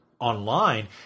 online